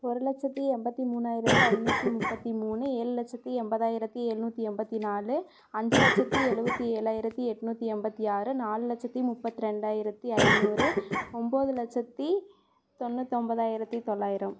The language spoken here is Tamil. ஒரு லட்சத்தி எண்பத்தி மூணாயிரத்தி ஐநூற்றி முப்பத்தி மூணு ஏழு லட்சத்தி எண்பதாயிரத்தி எழுநூத்தி எண்பத்தி நாலு அஞ்சு லட்சத்தி எழுவத்தி ஏழாயிரத்தி எட்நூற்றி எண்பத்தி ஆறு நாலு லட்சத்தி முப்பத்ரெண்டாயிரத்தி ஐநூறு ஒம்பது லட்சத்தி தொண்ணூத்தொம்பதாயிரத்தி தொள்ளாயிரம்